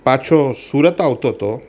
પાછો સુરત આવતો હતો